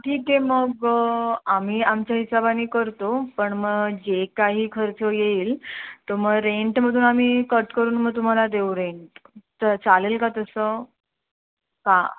ठीक आहे मग आम्ही आमच्या हिसाबानी करतो पण मग जे काही खर्च येईल तर मग रेंटमधून आम्ही कट करून मग तुम्हाला देऊ रेंट तर चालेल का तसं का